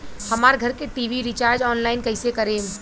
हमार घर के टी.वी रीचार्ज ऑनलाइन कैसे करेम?